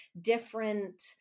different